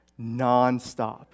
nonstop